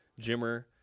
Jimmer